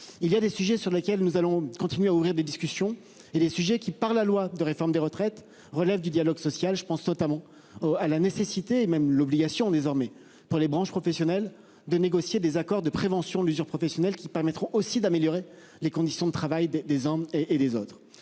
Il y a des sujets sur lesquels nous allons continuer à ouvrir des discussions et les sujets qui, par la loi de réforme des retraites relève du dialogue social, je pense notamment. À la nécessité même l'obligation désormais pour les branches professionnelles de négocier des accords de prévention de l'usure professionnelle qui permettront aussi d'améliorer les conditions de travail des des hommes et et